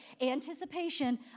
Anticipation